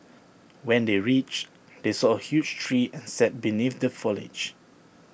when they reached they saw A huge tree and sat beneath the foliage